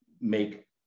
Make